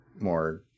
more